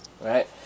right